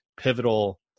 pivotal